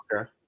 okay